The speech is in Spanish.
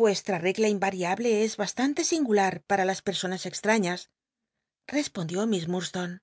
vuestra regla inyariablc es bastante singular para las petsonas extrañas respondió miss iiurdstone